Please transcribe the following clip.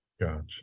Gotcha